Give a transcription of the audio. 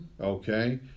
okay